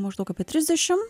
maždaug apie trisdešim